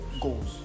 Goals